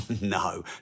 No